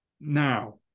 Now